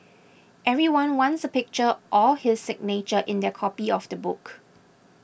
everyone wants a picture or his signature in their copy of the book